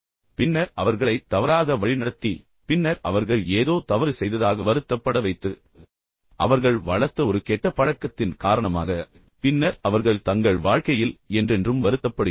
பின்னர் அவர்களை தவறாக வழிநடத்தி பின்னர் அவர்கள் ஏதோ தவறு செய்ததாக வருத்தப்பட வைத்தது அவர்கள் வளர்த்த ஒரு கெட்ட பழக்கத்தின் காரணமாக பின்னர் அவர்கள் தங்கள் வாழ்க்கையில் என்றென்றும் வருத்தப்படுகிறார்கள்